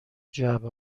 جعبه